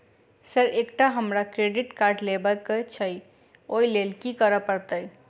Sir एकटा हमरा credit card लेबकै छैय ओई लैल की करऽ परतै?